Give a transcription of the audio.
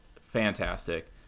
fantastic